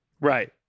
Right